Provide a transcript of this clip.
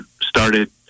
started